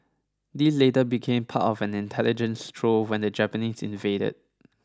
these later became part of an intelligence trove when the Japanese invaded